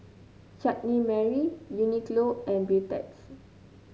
Chutney Mary Uniqlo and Beautex